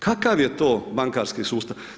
Kakav je to bankarski sustav?